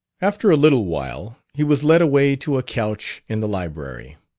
after a little while he was led away to a couch in the library.